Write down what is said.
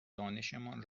دانشمان